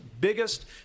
biggest